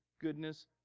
goodness